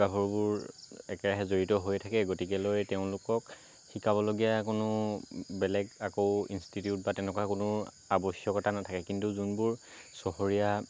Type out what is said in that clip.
গাভৰুবোৰ একেৰাহে জড়িত হৈ থাকে গতিকেলৈ তেওঁলোকক শিকাবলগীয়া কোনো বেলেগ আকৌ ইন্সটিটিউত বা তেনেকুৱা কোনো আৱশ্য়কতা নাথাকে কিন্তু যোনবোৰ চহৰীয়া